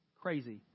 Crazy